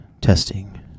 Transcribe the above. testing